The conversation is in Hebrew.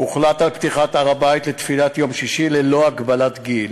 הוחלט על פתיחת הר-הבית לתפילת יום שישי ללא הגבלת גיל,